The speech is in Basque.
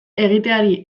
egiteari